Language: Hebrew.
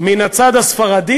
מהצד הספרדי